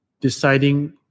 deciding